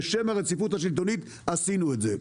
בשם הרציפות השלטונית עשינו את זה.